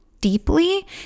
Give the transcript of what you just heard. deeply